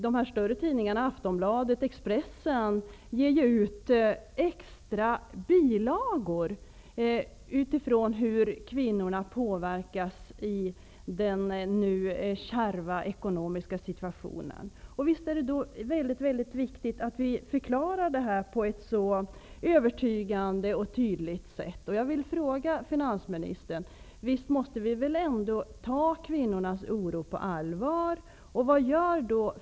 De större tidningarna, Aftonbladet och Expressen, ger ju ut extra bilagor som handlar om hur kvinnorna påverkas i den nu kärva ekonomiska situationen. Visst är det då väldigt viktigt att vi förklarar det här så övertygande och tydligt som möjligt.